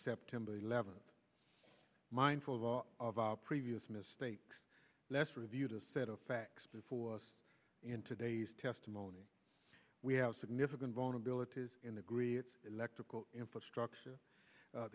september eleventh mindful of all of our previous mistakes let's review the set of facts before us in today's testimony we have significant vulnerabilities in the griots electrical infrastructure